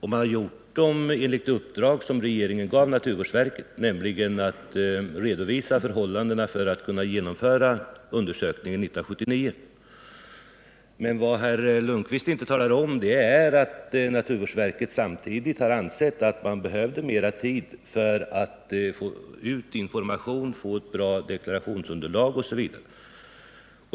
Framställningarna har gjorts enligt det uppdrag som regeringen gav naturvårdsverket, nämligen att redovisa förhållandena för att kunna genomföra undersökningen 1979. Men vad herr Lundkvist inte talade om var att naturvårdsverket samtidigt ansåg att verket behövde mera tid för att få ut information, få ett bra deklarationsunderlag osv.